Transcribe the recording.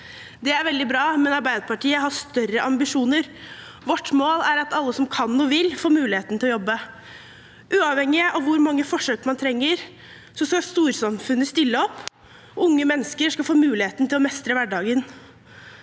Det er veldig bra, men Arbeiderpartiet har større ambisjoner. Vårt mål er at alle som kan og vil, får mulighet til å jobbe. Uavhengig av hvor mange forsøk man trenger, skal storsamfunnet stille opp. Unge mennesker skal få muligheten til å mestre hverdagen.